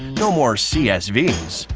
no more csvs.